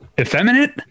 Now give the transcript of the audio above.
effeminate